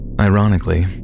Ironically